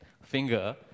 finger